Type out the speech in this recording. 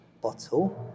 bottle